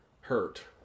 hurt